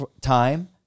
time